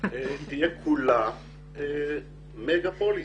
תהיה כולה מגה פוליס.